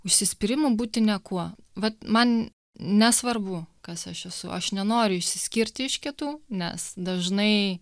užsispyrimu būti niekuo vat man nesvarbu kas aš esu aš nenoriu išsiskirti iš kitų nes dažnai